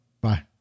Bye